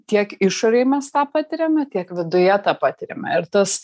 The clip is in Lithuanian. tiek išorėj mes tą patiriame tiek viduje tą patiriame ir tas